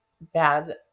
bad